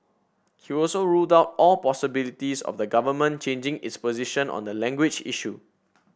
he also ruled out all possibilities of the government changing its position on the language issue